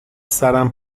سرم